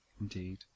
Indeed